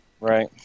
Right